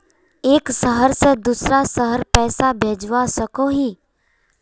एक शहर से दूसरा शहर पैसा भेजवा सकोहो ही?